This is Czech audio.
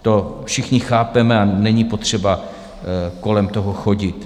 To všichni chápeme a není potřeba kolem toho chodit.